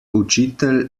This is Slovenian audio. učitelj